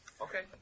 Okay